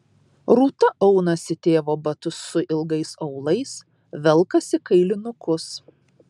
rūta aunasi tėvo batus su ilgais aulais velkasi kailinukus